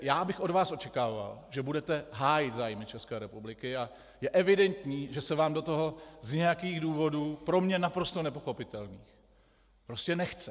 Já bych od vás očekával, že budete hájit zájmy České republiky, a je evidentní, že se vám do toho z nějakých důvodů pro mne naprosto nepochopitelných prostě nechce.